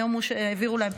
היום אמרו שהעבירו להם.